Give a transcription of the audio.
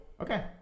Okay